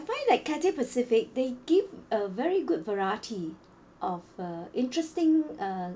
why I like Cathay Pacific they give a very good variety of uh interesting uh